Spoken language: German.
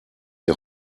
die